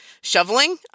shoveling